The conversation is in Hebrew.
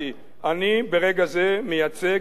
אני ברגע זה מייצג את עמדת הממשלה.